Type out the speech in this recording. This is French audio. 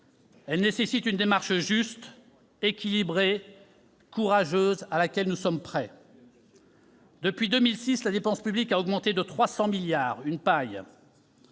Elle nécessite une démarche juste, équilibrée, courageuse, à laquelle nous sommes prêts. Depuis 2006, la dépense publique a augmenté de 300 milliards d'euros.